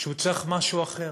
שהוא צריך משהו אחר,